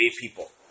people